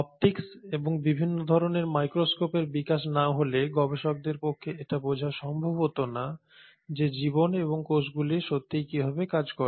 optics এবং বিভিন্ন ধরণের মাইক্রোস্কোপের বিকাশ না হলে গবেষকদের পক্ষে এটা বোঝা সম্ভব হত না যে জীবন এবং কোষগুলি সত্যিই কীভাবে কাজ করে